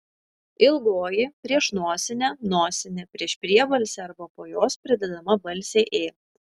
ilgoji prieš nosinę nosinė prieš priebalsę arba po jos pridedama balsė ė